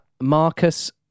Marcus